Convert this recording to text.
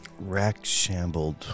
rack-shambled